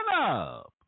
up